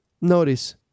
notice